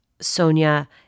Sonia